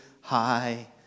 high